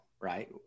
right